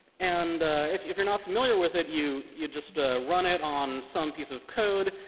and if if you're not familiar with it, you you just run it on some piece of code.